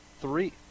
three